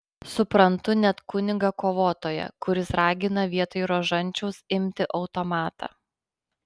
suprantu net kunigą kovotoją kuris ragina vietoj rožančiaus imti automatą